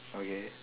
okay